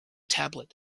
tablet